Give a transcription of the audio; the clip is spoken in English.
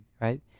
right